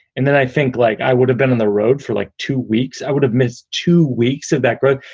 and then i think, like i would have been on the road for like two weeks, i would have missed two weeks of that growth.